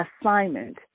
assignment